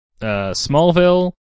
Smallville